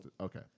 Okay